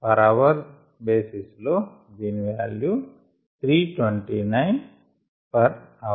per hour basis లో దీని value 329 h 1